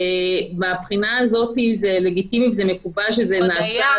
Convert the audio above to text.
ומהבחינה הזאת זה לגיטימי וזה מקובל שזה נעשה,